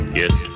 yes